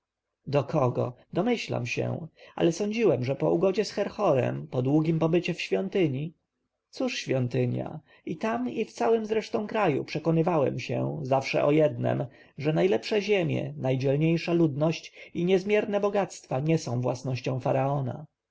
do kogo domyślam się ale sądziłem że po ugodzie z herhorem po długim pobycie w świątyni cóż świątynia i tam i w całym zresztą kraju przekonywałem się zawsze o jednem że najlepsze ziemie najdzielniejsza ludność i niezmierne bogactwa nie są własnością faraona